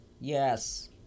Yes